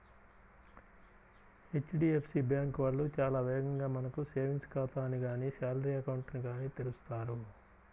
HDFC bank వాళ్ళు చాలా వేగంగా మనకు సేవింగ్స్ ఖాతాని గానీ శాలరీ అకౌంట్ ని గానీ తెరుస్తారు